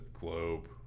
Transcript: globe